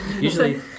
Usually